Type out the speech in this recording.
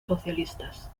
socialistas